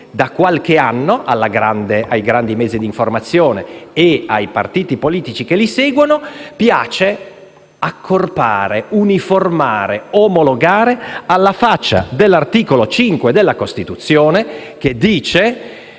Da qualche anno, ai grandi mezzi di informazione e ai partiti politici che li seguono piace accorpare, uniformare e omologare. Questo alla faccia dell'articolo 5 della Costituzione che vanta